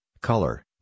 color